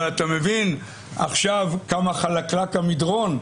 אבל אתה מבין עכשיו כמה חלקלק המדרון.